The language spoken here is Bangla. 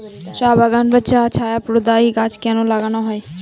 চা বাগানে ছায়া প্রদায়ী গাছ কেন লাগানো হয়?